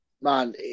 Man